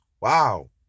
Wow